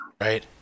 Right